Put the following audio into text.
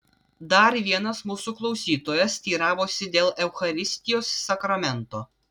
dar vienas mūsų klausytojas teiravosi dėl eucharistijos sakramento